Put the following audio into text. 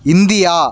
India